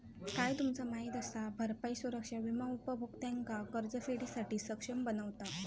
काय तुमचा माहित असा? भरपाई सुरक्षा विमा उपभोक्त्यांका कर्जफेडीसाठी सक्षम बनवता